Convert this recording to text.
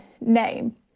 name